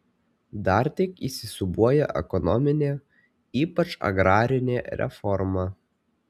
dar tik įsisiūbuoja ekonominė ypač agrarinė reforma